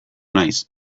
naiz